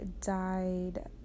dyed